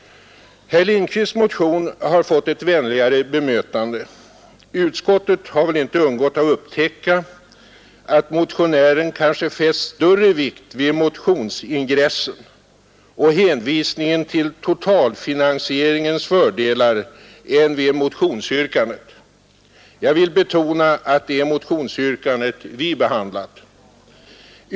Herr Lindkvists motion har fått ett vänligare bemötande. Utskottet har väl inte undgått att upptäcka att motionären kanske fäst större vikt vid motionsingressen och hänvisningen till totalfinansieringens fördelar än vid motionsyrkandet. Jag vill betona att det är motionsyrkandet vi behandlat.